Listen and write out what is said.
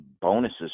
bonuses